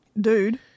dude